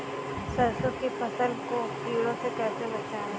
सरसों की फसल को कीड़ों से कैसे बचाएँ?